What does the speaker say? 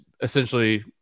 essentially